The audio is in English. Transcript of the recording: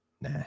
Nah